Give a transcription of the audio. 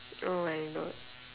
oh my god